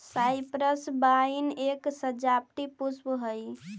cypress vine एक सजावटी पुष्प हई